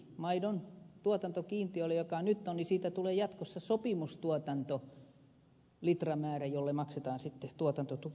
maidon tuotantokiintiöstä joka nyt on tulee jatkossa sopimustuotantolitramäärä ja sille maksetaan tuotantotuki